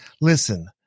listen